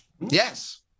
Yes